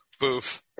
Boof